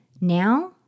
Now